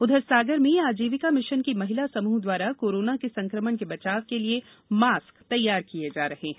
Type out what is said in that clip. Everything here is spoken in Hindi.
उधर सागर में आजीविका मिशन की महिला समूह द्वारा कोरोना के संकमण के बचाव के लिए मास्क तैयार किये जा रहे हैं